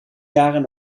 jaren